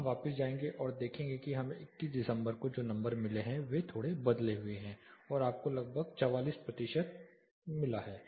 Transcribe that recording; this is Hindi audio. हम वापस जाएंगे और देखेंगे कि हमें 21 दिसंबर को जो नंबर मिले हैं वे थोड़े बदले हुए हैं और आपको लगभग 44 प्रतिशत मिलते हैं